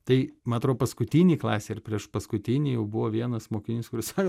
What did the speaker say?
tai man atrodo paskutinėj klasėj priešpaskutinėj jau buvo vienas mokinys kuris sako